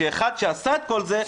כאחד שעשה את כל זה,